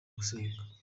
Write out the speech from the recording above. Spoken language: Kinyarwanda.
gusenga